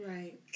Right